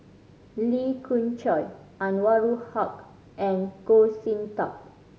Lee Khoon Choy Anwarul Haque and Goh Sin Tub